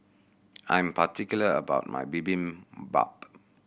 I am particular about my Bibimbap